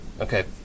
Okay